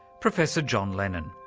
professor john lennon.